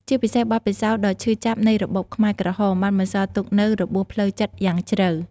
ជាពិសេស បទពិសោធន៍ដ៏ឈឺចាប់នៃរបបខ្មែរក្រហម បានបន្សល់ទុកនូវរបួសផ្លូវចិត្តយ៉ាងជ្រៅ។